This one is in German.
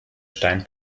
stein